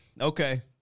okay